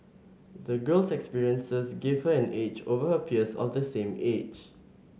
the girl's experiences gave her an edge over her peers of the same age